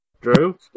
Drew